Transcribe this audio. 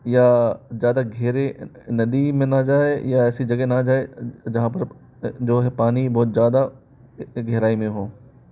या ज़्यादा गहरे नदी में न जाए या ऐसी जगह न जाए जहाँ पर जो है पानी बहुत ज़्यादा गहराई में हो